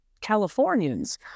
Californians